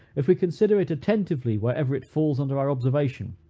if we consider it attentively wherever it falls under our observation,